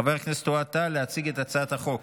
חברי הכנסת, הסעיף הבא על סדר-היום: הצעת חוק